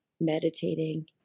Meditating